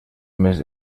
més